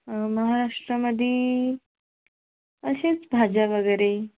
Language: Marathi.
महाराष्ट्रामध्ये असेच भाज्या वगैरे